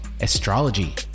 astrology